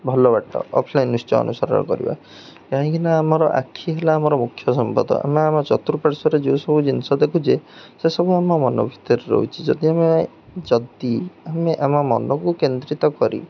ଭଲ ବାଟ ଅଫ୍ଲାଇନ୍ ନିଶ୍ଚୟ ଅନୁସରଣ କରିବା କାହିଁକି ନା ଆମର ଆଖି ହେଲା ଆମର ମୁଖ୍ୟ ସମ୍ପଦ ଆମେ ଆମ ଚତୁର୍ପାଶ୍ୱରେ ଯେଉଁ ସବୁ ଜିନିଷ ଦେଖୁଛେ ସେସବୁ ଆମ ମନ ଭିତରେ ରହୁଛି ଯଦି ଆମେ ଯଦି ଆମେ ଆମ ମନକୁ କେନ୍ଦ୍ରିତ କରି